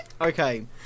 Okay